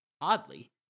Oddly